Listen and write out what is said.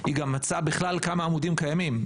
היא גם מצאה בכלל כמה עמודים קיימים.